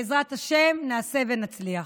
בעזרת השם, נעשה ונצליח.